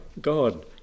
god